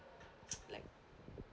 like